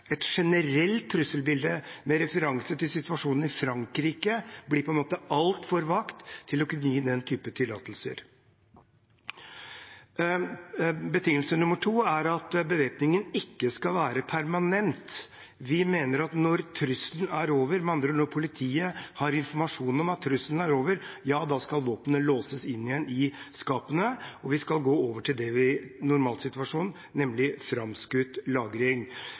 Et generelt trusselbilde med referanse til situasjonen i Frankrike blir på en måte altfor vagt til å kunne gi den typen tillatelser. Krav nummer to er at bevæpningen ikke skal være permanent. Vi mener at når trusselen er over – med andre ord når politiet har informasjon om at trusselen er over – skal våpenet låses inn igjen i skapene og vi skal gå over til normalsituasjonen, nemlig framskutt lagring.